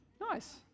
nice